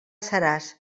seràs